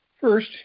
First